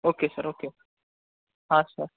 okay sir okay हां sir